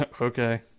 Okay